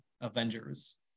Avengers